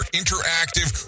interactive